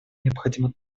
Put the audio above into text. необходимо